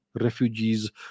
refugees